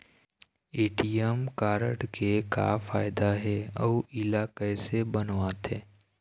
ATM card के का फायदा हे अऊ इला कैसे बनवाथे?